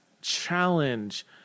challenge